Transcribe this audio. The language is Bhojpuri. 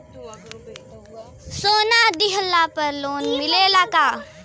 सोना दिहला पर लोन मिलेला का?